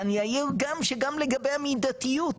ואני אעיר גם שגם לגבי המידתיות,